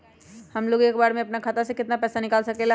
हमलोग एक बार में अपना खाता से केतना पैसा निकाल सकेला?